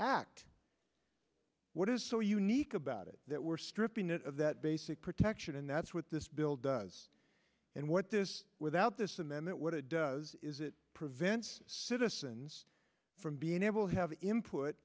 act what is so unique about it that we're stripping it of that basic protection and that's what this bill does and what this without this amendment what it does is it prevents citizens from being able to have him put